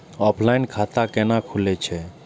Offline खाता कैना खुलै छै?